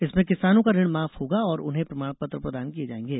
इसमें किसानों का ऋण माफ होगा और उन्हें प्रमाण पत्र प्रदान किये जाएंगे